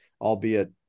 albeit